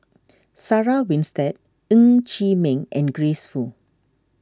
Sarah Winstedt Ng Chee Meng and Grace Fu